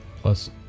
plus